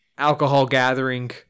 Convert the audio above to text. alcohol-gathering